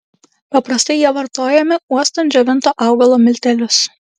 paprastai jie vartojami uostant džiovinto augalo miltelius